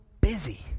busy